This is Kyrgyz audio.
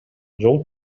жол